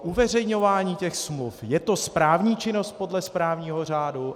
Uveřejňování smluv je to správní činnost podle správního řádu?